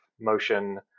motion